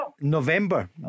November